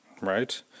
right